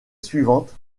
suivante